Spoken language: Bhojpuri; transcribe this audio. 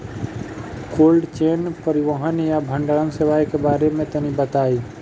कोल्ड चेन परिवहन या भंडारण सेवाओं के बारे में तनी बताई?